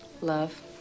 love